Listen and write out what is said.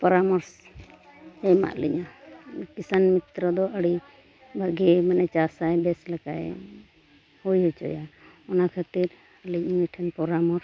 ᱯᱚᱨᱟᱢᱚᱨᱥᱚ ᱮᱢᱟᱜ ᱞᱤᱧᱟ ᱠᱤᱥᱟᱱ ᱢᱤᱛᱨᱚ ᱫᱚ ᱟᱹᱰᱤ ᱵᱷᱟᱜᱮ ᱢᱟᱱᱮ ᱪᱟᱥᱟᱭ ᱵᱮᱥ ᱞᱮᱠᱟᱭ ᱦᱩᱭ ᱦᱚᱪᱚᱭᱟ ᱚᱱᱟ ᱠᱷᱟᱹᱛᱤᱨ ᱟᱹᱞᱤᱧ ᱩᱱᱤ ᱴᱷᱮᱱ ᱯᱚᱨᱟᱢᱚᱨᱥᱚ